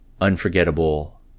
unforgettable